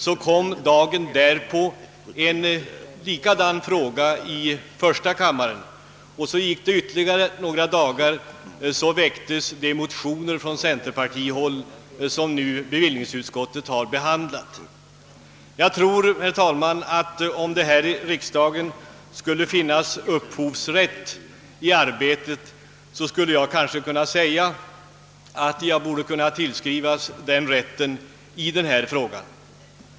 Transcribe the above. Dagen därpå framställdes en likadan fråga i första kammaren. Sedan gick det ytterligare några dagar, och så väcktes de motioner från centerpartihåll som bevillningsutskottet nu har behandlat. Om det funnes en upphovsrätt i arbetet här i riksdagen, skulle jag kanske kunna tillskriva mig den rätten i denna fråga!